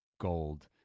gold